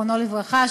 זיכרונו לברכה,